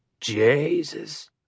Jesus